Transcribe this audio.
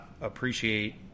appreciate